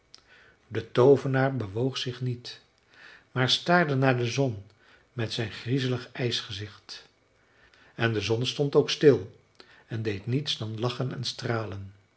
de toovenaar bewoog zich niet maar staarde naar de zon met zijn griezelig ijsgezicht en de zon stond ook stil en deed niets dan lachen en stralen